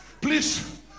Please